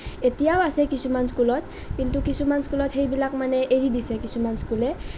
এতিয়াও আছে কিছুমান স্কুলত কিন্তু কিছুমান স্কুলত সেইবিলাক মানে এৰি দিছে কিছুমান স্কুলে